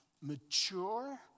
mature